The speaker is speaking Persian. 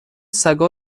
سگا